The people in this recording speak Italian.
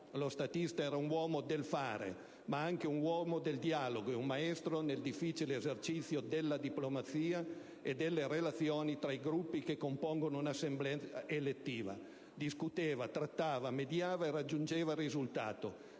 Lo statista era un uomo del fare, ma anche un uomo del dialogo e un maestro nel difficile esercizio della diplomazia e delle relazioni tra i gruppi che compongono un'assemblea elettiva. Discuteva, trattava, mediava e raggiungeva il risultato.